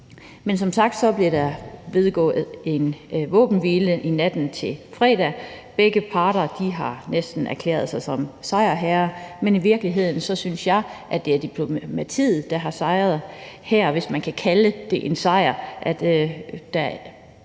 Men som sagt blev der indgået en våbenhvile natten til fredag. Begge parter har nærmest erklæret sig som sejrherre, men i virkeligheden synes jeg, at det er diplomatiet, der har sejret her, hvis man kan kalde det en sejr.